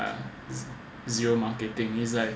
zero marketing is like